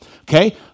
Okay